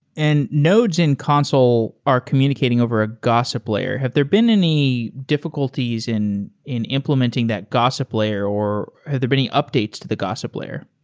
and nodes in consul are communicating over a gossip layer. have there been any difficulties in in implementing that gossip layer or have there been any updates to the gossip layer?